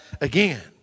again